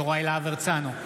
יוראי להב הרצנו,